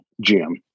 Jim